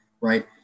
Right